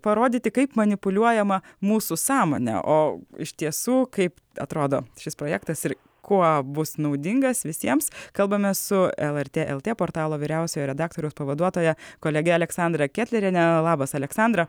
parodyti kaip manipuliuojama mūsų sąmonę o iš tiesų kaip atrodo šis projektas ir kuo bus naudingas visiems kalbame su lrt lt portalo vyriausiojo redaktoriaus pavaduotoja kolege aleksandra ketlerienė labas aleksandra